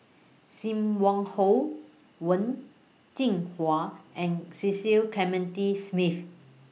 SIM Wong Hoo Wen Jinhua and Cecil Clementi Smith